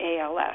ALS